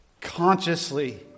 consciously